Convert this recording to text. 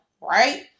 right